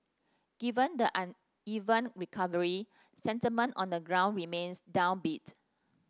given the uneven recovery sentiment on the ground remains downbeat